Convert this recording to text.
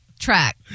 track